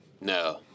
No